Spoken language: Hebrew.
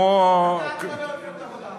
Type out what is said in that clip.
אתה אל תדבר על מפלגת העבודה.